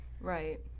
right